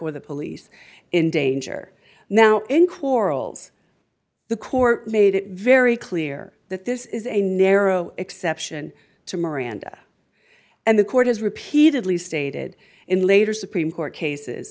or the police in danger now in quarrels the court made it very clear that this is a narrow exception to miranda and the court has repeatedly stated in later supreme court cases